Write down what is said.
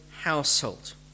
household